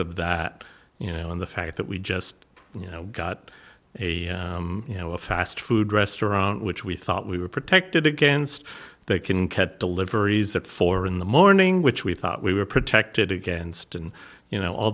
of that you know on the fact that we just you know got a you know a fast food restaurant which we thought we were protected against that can cut deliveries at four in the morning which we thought we were protected against and you know all